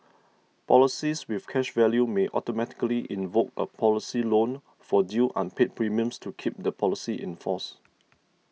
policies with cash value may automatically invoke a policy loan for due unpaid premiums to keep the policy in force